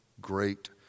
great